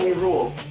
rule,